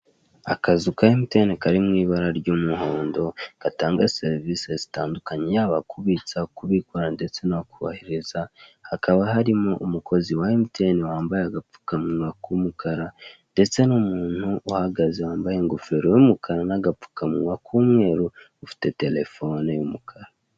Akazu ka Emutiyeni kari mu ibara ry'umuhondo, gatanga serivise zitandukanye yaba kubitsa, kubikura ndetse no kohereza, hakaba harimo umukozi wa Emutiyeni wambaye agapfukamunywa k'umukara, ndetse n'umuntu uhagaze wambaye ingofero y'umukara n'agapfukamunywa k'umweru, ufite telefone y'umukara.